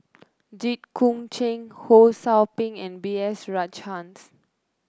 Jit Koon Ch'ng Ho Sou Ping and B S Rajhans